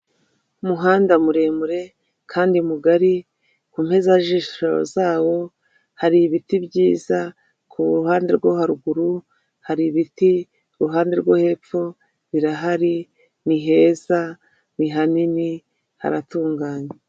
Umuhanda muremure kandi mugari ku mpezajisho zawo hari ibiti byiza kuruhande rwo haruguru hari ibiti ku ruhande rwo hepfo birahari ni heza ni hanini haratunganye.